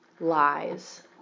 lies